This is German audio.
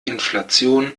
inflation